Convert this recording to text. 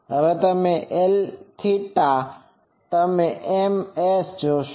હવે Lθ તમે ms જોશો